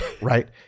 Right